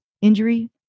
injury